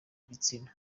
igitsina